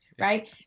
right